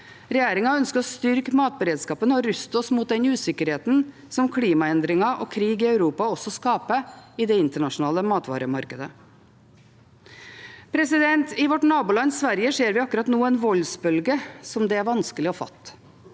Regjeringen ønsker å styrke matberedskapen og ruste oss mot den usikkerheten som klimaendringer og krig i Europa også skaper i det internasjonale matvaremarkedet. I vårt naboland Sverige ser vi akkurat nå en voldsbølge som er vanskelig å fatte.